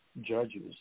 judges –